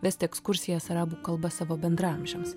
vesti ekskursijas arabų kalba savo bendraamžiams